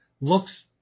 Looks